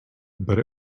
but